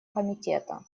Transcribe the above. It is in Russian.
комитета